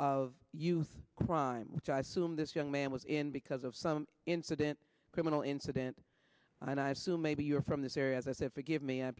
of youth crime which i assume this young man was in because of some incident criminal incident and i assume maybe you're from this area that if you give me i